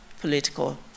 political